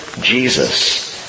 Jesus